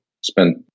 spend